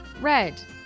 Red